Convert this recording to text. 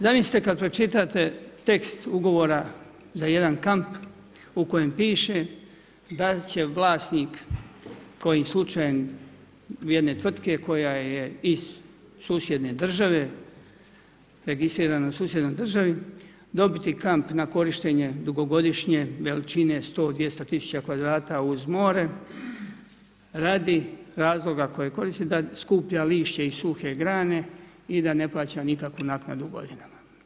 Zamislite kad pročitate, tekst ugovora za jedan kamp, u kojem piše, da će vlasnik, kojim slučajem, jedne tvrtke koja je iz susjedne države, registrirano na susjednoj državi, dobiti kamp na korištenje, dugogodišnje veličine 100, 200 tisuća kvadrata uz more radi razloga kojeg koristi, da skuplja lišće i suhe grane i da ne plaća nikakvu naknadu godinama.